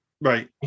Right